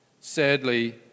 Sadly